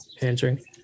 answering